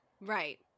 right